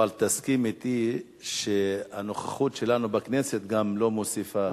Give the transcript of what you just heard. אבל תסכים אתי שהנוכחות שלנו בכנסת גם לא מוסיפה.